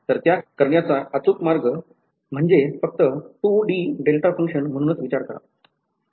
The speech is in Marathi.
तर त्या करण्याचा अचूक मार्ग म्हणजे फक्त द्विमितीय डेल्टा फंक्शन म्हणूनच विचार करा